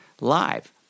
live